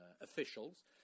officials